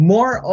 More